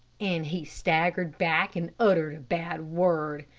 and he staggered back and uttered a bad word,